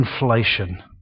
inflation